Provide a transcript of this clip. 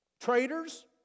traitors